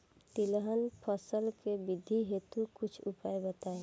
तिलहन फसल के वृद्धि हेतु कुछ उपाय बताई?